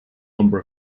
number